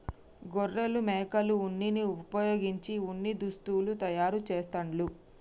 గొర్రెలు మేకల ఉన్నిని వుపయోగించి ఉన్ని దుస్తులు తయారు చేస్తాండ్లు